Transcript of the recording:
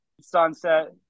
sunset